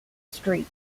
street